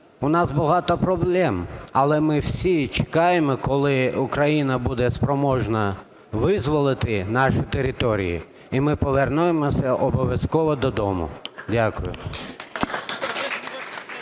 у нас багато проблем, але ми всі чекаємо, коли Україна буде спроможна визволити наші території і ми повернемося обов'язково додому. Дякую.